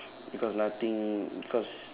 because nothing because